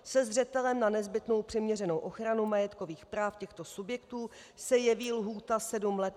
Se zřetelem na nezbytnou přiměřenou ochranu majetkových práv těchto subjektů se jeví lhůta sedm let...